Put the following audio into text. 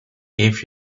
gave